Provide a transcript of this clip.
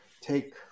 take